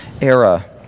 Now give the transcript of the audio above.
era